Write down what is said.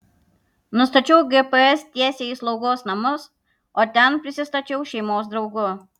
nustačiau gps tiesiai į slaugos namus o ten prisistačiau šeimos draugu